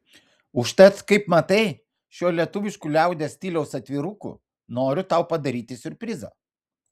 užtat kaip matai šiuo lietuvišku liaudies stiliaus atviruku noriu tau padaryti siurprizą